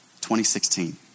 2016